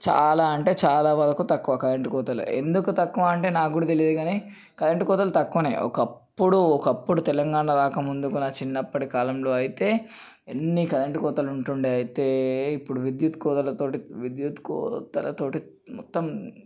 చాలా అంటే చాలా వరకు తక్కువ కరెంటు కోతలే ఎందుకు తక్కువ అంటే నాకు కూడా తెలియదు కానీ కరెంటు కోతలు తక్కువే ఒకప్పుడు ఒకప్పుడు తెలంగాణ రాకముందు నాకు చిన్నప్పటి కాలంలో అయితే ఎన్ని కరెంటు కోతలు ఉంటుండేవి అయితే ఇప్పుడు విద్యుత్ కోతలతో విద్యుత్ కోతలతో మొత్తం